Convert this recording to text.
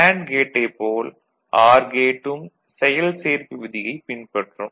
and கேட்டைப் போல OR கேட்டும் செயல் சேர்ப்பு விதியைப் பின்பற்றும்